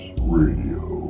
Radio